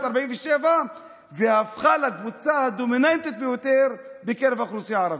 1947 והפכה לקבוצה הדומיננטית ביותר בקרב האוכלוסייה הערבית,